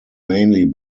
mainly